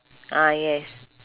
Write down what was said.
ah yes